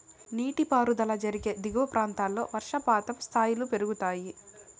నీటిపారుదల జరిగే దిగువ ప్రాంతాల్లో వర్షపాతం స్థాయిలు పెరుగుతాయి